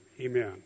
Amen